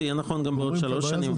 זה יהיה נכון גם בעוד 3 שנים,